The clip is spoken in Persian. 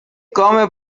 گام